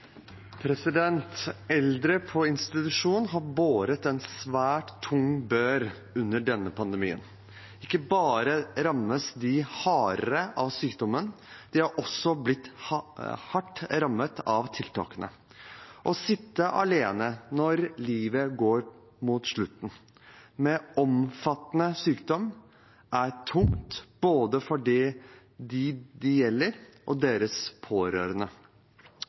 hardere av sykdommen, de har også blitt hardt rammet av tiltakene. Å sitte alene når livet går mot slutten, med omfattende sykdom, er tungt både for dem det gjelder og deres pårørende.